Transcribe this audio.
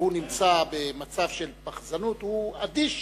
שהוא במצב של פחזנות הוא אדיש